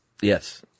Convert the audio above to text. yes